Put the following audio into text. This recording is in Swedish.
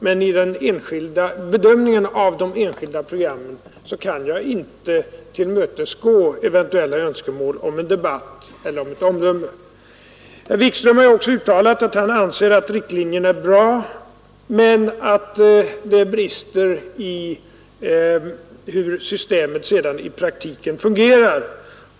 Men i bedömningen av de enskilda programmen kan jag inte tillmötesgå eventuella önskemål om en debatt eller ett omdöme. Herr Wikström har också uttalat att han anser att riktlinjerna är bra men att det brister i hur systemet i praktiken fungerar.